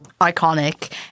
iconic